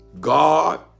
God